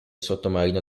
sottomarino